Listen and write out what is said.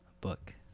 book